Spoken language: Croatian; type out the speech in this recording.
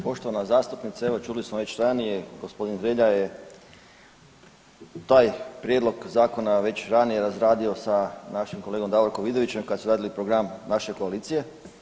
Poštovana zastupnice, evo čuli smo već ranije gospodin Hrelja je taj prijedlog zakona već ranije razradio sa našim kolegom Davorkom Vidovićem kad su radili program naše koalicije.